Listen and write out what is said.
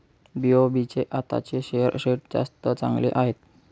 BOB चे आताचे share rate जास्तच चालले आहे